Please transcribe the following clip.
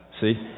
See